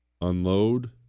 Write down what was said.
unload